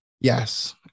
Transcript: yes